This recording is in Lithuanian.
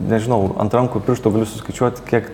nežinau ant rankų pirštų suskaičiuot kiek